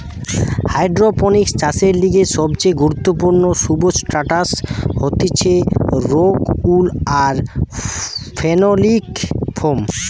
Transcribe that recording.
hydroponics চাষের লিগে সবচেয়ে গুরুত্বপূর্ণ সুবস্ট্রাটাস হতিছে রোক উল আর ফেনোলিক ফোম